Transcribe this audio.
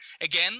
again